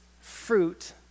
fruit